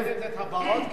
אתה מסמן את הבאות כאילו?